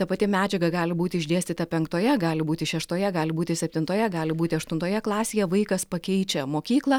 ta pati medžiaga gali būti išdėstyta penktoje gali būti šeštoje gali būti septintoje gali būti aštuntoje klasėje vaikas pakeičia mokyklą